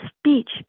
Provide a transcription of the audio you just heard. speech